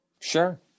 Sure